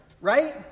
Right